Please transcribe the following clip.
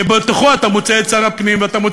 שבתוכה אתה מוצא את שר הפנים ואתה מוצא